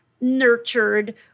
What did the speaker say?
nurtured